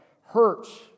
hurts